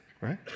right